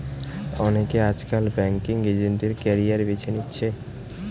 অনেকে আজকাল banking agent এর ক্যারিয়ার বেছে নিচ্ছে